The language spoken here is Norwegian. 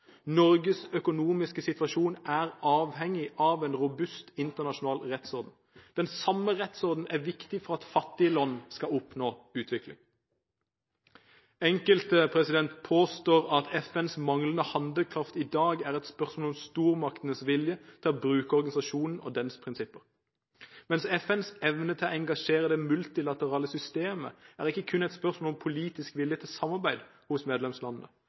Norges økonomiske situasjon er avhengig av en robust internasjonal rettsorden. Den samme rettsordenen er viktig for at fattige land skal oppnå utvikling. Enkelte påstår at FNs manglende handlekraft i dag er et spørsmål om stormaktenes vilje til å bruke organisasjonen og dens prinsipper. Men FNs evne til å engasjere det multilaterale systemet er ikke kun et spørsmål om politisk vilje til samarbeid hos medlemslandene